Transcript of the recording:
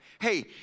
hey